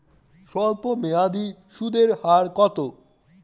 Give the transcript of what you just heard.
স্বল্পমেয়াদী সুদের হার কত?